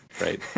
right